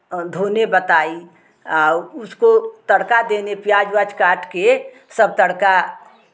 धोने बताई और उसको तड़का देने प्याज़ उवाज़ काट के सब तड़का